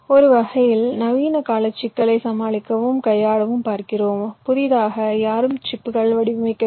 ஒரு வகையில் நவீனகால சிக்கலைச் சமாளிக்கவும் கையாளவும் பார்க்கிறோம் புதிதாக யாரும் சிப்புகள் வடிவமைக்கவில்லை